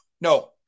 No